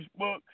Facebook